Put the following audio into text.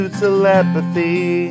telepathy